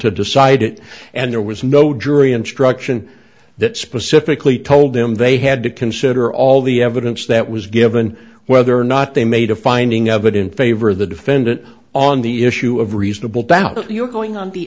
to decide it and there was no jury instruction that specifically told them they had to consider all the evidence that was given whether or not they made a finding of it in favor of the defendant on the issue of reasonable doubt you're going on